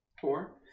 Four